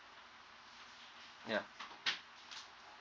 ya